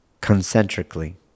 concentrically